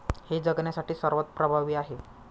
हे जगण्यासाठी सर्वात प्रभावी आहे